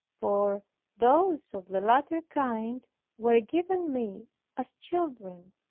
for those of the latter kind were given me as children,